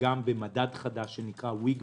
וגם במדד חדש שנקרא WGBI,